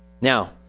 Now